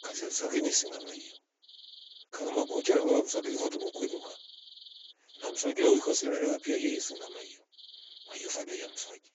Kazi ya mswaki ni singa maye kaweu makucha ruvaluva mswaki livo tuvo kulwiwoka na mswaki yowi kosa dawa pia yeyeyi sangama yi wayova dai mswaki